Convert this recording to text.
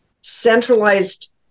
centralized